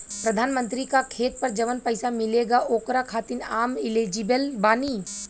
प्रधानमंत्री का खेत पर जवन पैसा मिलेगा ओकरा खातिन आम एलिजिबल बानी?